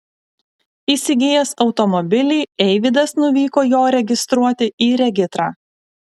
įsigijęs automobilį eivydas nuvyko jo registruoti į regitrą